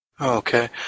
Okay